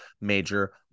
major